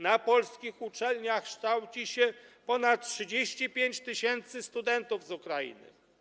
Na polskich uczelniach kształci się ponad 35 tys. studentów z Ukrainy.